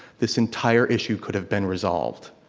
this entire issue could've been resolved.